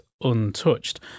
untouched